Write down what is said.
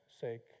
sake